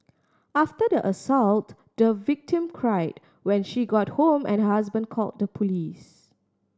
after the assault the victim cried when she got home and her husband call the police